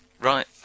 Right